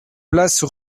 place